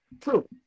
True